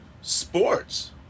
sports